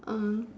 err